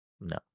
No